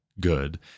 good